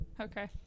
Okay